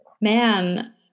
Man